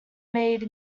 made